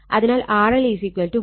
അതിനാൽ RL | Zg j XC |